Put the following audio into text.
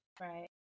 Right